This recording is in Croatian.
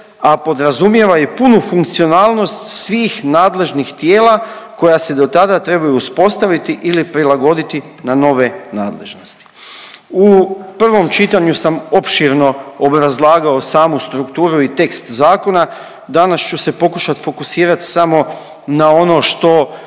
a podrazumijeva i punu funkcionalnost svih nadležnih tijela koja se do tada trebaju uspostaviti ili prilagoditi na nove nadležnosti. U prvom čitanju sam opširno obrazlagao samu strukturu i tekst zakona, danas ću se pokušat fokusirat samo na ono što